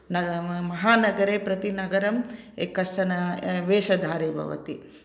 न महानगरे प्रतिनगरं कश्चन वेषधारी भवति